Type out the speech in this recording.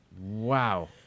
Wow